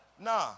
nah